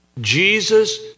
Jesus